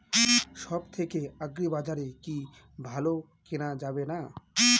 সব থেকে আগ্রিবাজারে কি ভালো কেনা যাবে কি?